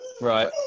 Right